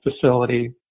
facility